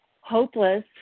hopeless